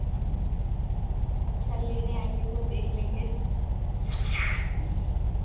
अच्छा लेने आएँगे तो देख लेंगे